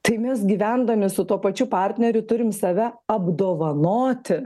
tai mes gyvendami su tuo pačiu partneriu turim save apdovanoti